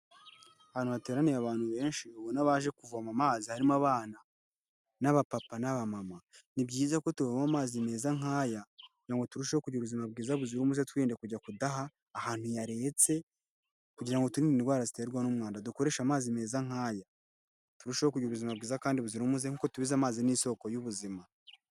Ahantu hateraniye abantu benshi ubona baje kuvoma amazi harimo abana, n'aba papa n'aba mama. Ni byiza ko tuvoma amazi meza nk'aya kugira ngo turusheho kugira ubuzima bwiza buzira umuze, twirinde kujya kudaha ahantu yaretse kugira ngo twirinde indwara ziterwa n'umwanda, dukoresha amazi meza nk'aya, turusheho kugira ubuzima bwiza kandi buzira umuze nk'uko tubizi amazi ni isoko y'ubuzima.